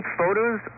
photos